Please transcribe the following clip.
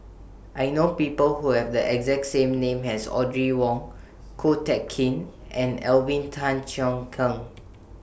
I know People Who Have The exact name as Audrey Wong Ko Teck Kin and Alvin Tan Cheong Kheng